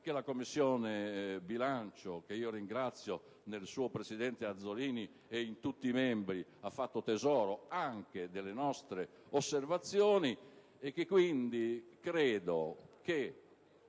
che la Commissione bilancio - che ringrazio, nel suo presidente, senatore Azzollini, ed in tutti i suoi membri - ha fatto tesoro anche delle nostre osservazioni, e che quindi credo che